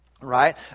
right